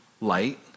light